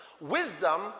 Wisdom